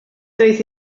doedd